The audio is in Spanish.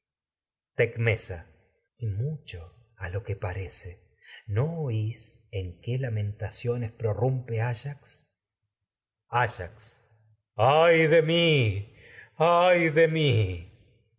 mí mucho a tecmesa y lo que parece no oís en qué lamentaciones prorrumpe ayax ayax coro al ay de mi parece que ay de mí